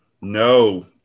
No